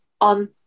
on